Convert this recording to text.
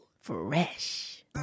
Fresh